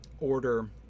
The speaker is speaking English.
order